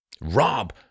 rob